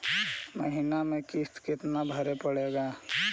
महीने में किस्त कितना भरें पड़ेगा?